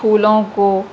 پھولوں کو